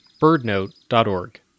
birdnote.org